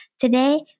Today